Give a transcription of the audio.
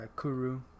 Kuru